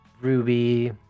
Ruby